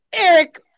Eric